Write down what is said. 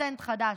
פטנט חדש.